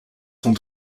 sont